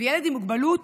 וילד עם מוגבלות,